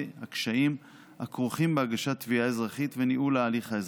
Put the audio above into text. הקשיים הכרוכים בהגשת תביעה אזרחית וניהול ההליך האזרחי.